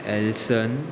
एल्सन